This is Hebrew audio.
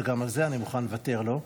וגם על זה אני מוכן לוותר לו,